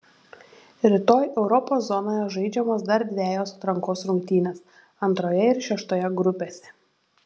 rytoj europos zonoje žaidžiamos dar dvejos atrankos rungtynės antroje ir šeštoje grupėse